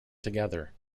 together